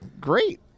great